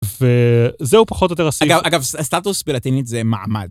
וזהו פחות או יותר הס.. אגב אגב סטטוס בלטינית זה מעמד.